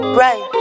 right